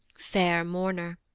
fair mourner,